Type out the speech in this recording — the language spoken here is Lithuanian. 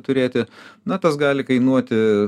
turėti na tas gali kainuoti